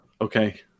Okay